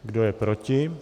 Kdo je proti?